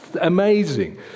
amazing